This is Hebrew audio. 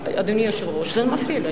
אדוני היושב-ראש, זה מפריע לי.